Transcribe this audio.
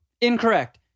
Incorrect